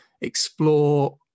explore